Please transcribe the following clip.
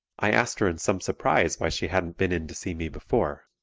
i asked her in some surprise why she hadn't been in to see me before.